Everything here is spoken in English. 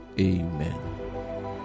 Amen